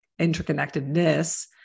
interconnectedness